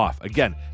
Again